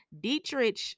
Dietrich